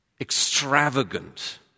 extravagant